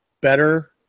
better